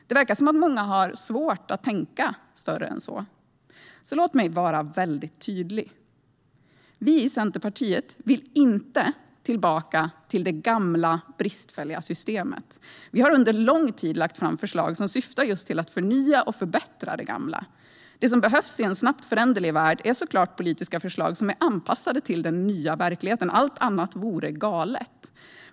Det verkar som att många har svårt att tänka större än så. Låt mig vara tydlig: Vi i Centerpartiet vill inte tillbaka till det gamla bristfälliga systemet. Vi har under lång tid lagt fram förslag som syftar till att just förnya och förbättra det gamla. Det som behövs i en snabbt föränderlig värld är såklart politiska förslag som är anpassade till den nya verkligheten. Allt annat vore galet.